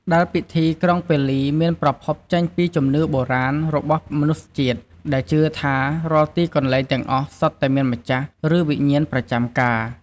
ដែលពិធីក្រុងពាលីមានប្រភពចេញពីជំនឿបុរាណរបស់មនុស្សជាតិ ដែលជឿថា រាល់ទីកន្លែងទាំងអស់សុទ្ធតែមានម្ចាស់ ឬវិញ្ញាណប្រចាំការ។